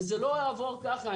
וזה לא יעבור ככה.